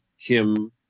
Kim